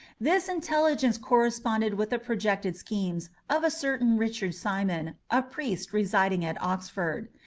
this intelligence corresponded with the projected schemes of a certain richard simon, a priest residing at oxford.